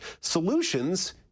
solutions